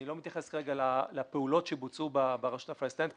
אני לא מתייחס כרגע לפעולות שבוצעו ברשות הפלסטינית,